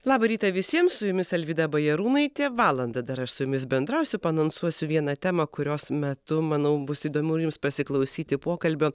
labą rytą visiems su jumis alvyda bajarūnaitė valandą dar aš su jumis bendrausiu paanonsuosiu vieną temą kurios metu manau bus įdomu jums pasiklausyti pokalbio